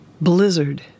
Blizzard